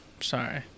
Sorry